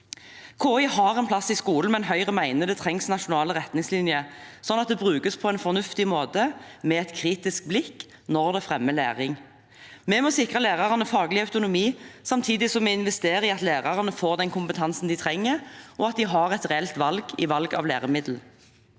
KI har en plass i skolen, men Høyre mener det trengs nasjonale retningslinjer slik at det brukes på en fornuftig måte, med et kritisk blikk, når det fremmer læring. Vi må sikre lærerne faglig autonomi samtidig som vi investerer i at lærerne får den kompetansen de trenger, og at de har et reelt valg når det gjelder læremidler.